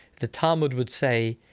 the talmud would say,